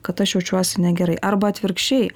kad aš jaučiuosi negerai arba atvirkščiai